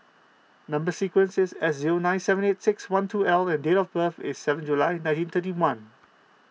Number Sequence is S zero nine seven eight six one two L and date of birth is seven July nineteen thirty one